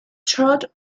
trout